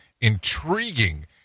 intriguing